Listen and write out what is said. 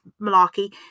malarkey